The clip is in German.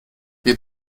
wir